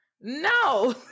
No